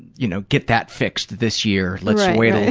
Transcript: you know, get that fixed this year. let's wait